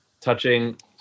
touching